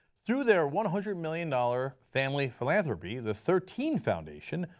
through their one hundred million dollars family philanthropy, the thirteen foundation,